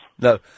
No